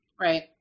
Right